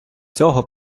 цього